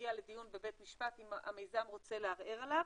שמגיע לדיון בבית משפט, אם המיזם רוצה לערער עליו,